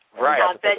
Right